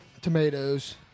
tomatoes